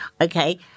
okay